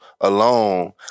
alone